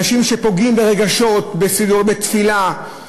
אנשים שפוגעים ברגשות, בתפילה,